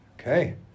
Okay